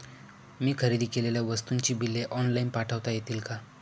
मी खरेदी केलेल्या वस्तूंची बिले ऑनलाइन पाठवता येतील का?